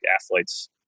athletes